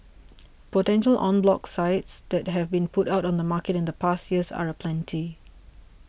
potential en bloc sites that have been put on the market in the past year are aplenty